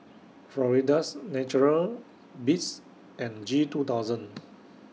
Florida's Natural Beats and G two thousand